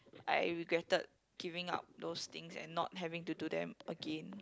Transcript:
I regretted giving up those things and not having to do them again